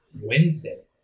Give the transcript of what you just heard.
Wednesday